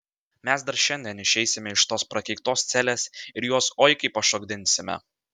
mes dar šiandien išeisime iš tos prakeiktos celės ir juos oi kaip pašokdinsime